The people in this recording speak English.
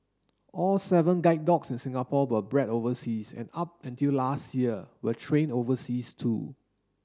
all seven guide dogs in Singapore were bred overseas and up until last year were trained overseas too